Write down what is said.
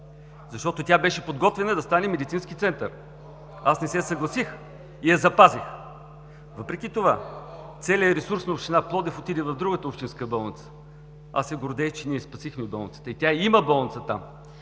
защото тя беше подготвена да стане медицински център. Аз не се съгласих и я запазих. Въпреки това, целият ресурс на община Пловдив отиде в другата общинска болница. Аз се гордея, че ние спасихме болницата и има болница там,